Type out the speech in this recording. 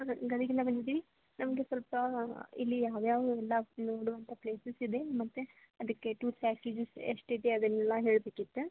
ಹಾಂ ಗದಗಿಂದ ಬಂದಿದ್ದೀವಿ ನಮಗೆ ಸ್ವಲ್ಪ ಇಲ್ಲಿ ಯಾವ್ಯಾವ್ದು ಎಲ್ಲ ನೋಡುವಂಥ ಪ್ಲೇಸಸ್ ಇದೆ ಮತ್ತು ಅದಕ್ಕೆ ಟೂರ್ ಪ್ಯಾಕೇಜಸ್ ಎಷ್ಟಿದೆ ಅದನ್ನೆಲ್ಲ ಹೇಳ್ಬಿಕಿತ್ತು